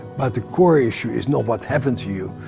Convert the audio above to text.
but the core issue is not what happened to you,